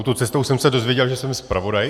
Touto cestou jsem se dozvěděl, že jsem zpravodaj.